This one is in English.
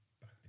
back